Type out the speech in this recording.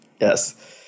yes